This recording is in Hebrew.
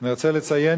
אני רוצה לציין